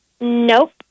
Nope